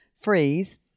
freeze